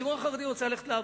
והציבור החרדי רוצה ללכת לעבוד.